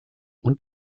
und